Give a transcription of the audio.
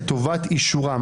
לטובת אישורן,